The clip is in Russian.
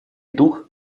дух